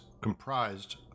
comprised